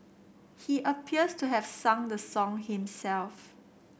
he appears to have sung the song himself